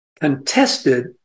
Contested